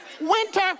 winter